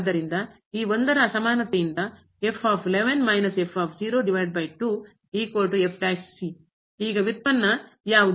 ಆದ್ದರಿಂದ ಈ ರ ಅಸಮಾನತೆಯಿಂದ ಈಗ ಉತ್ಪನ್ನ ಯಾವುದು